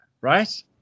Right